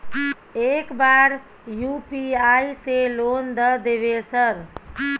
एक बार यु.पी.आई से लोन द देवे सर?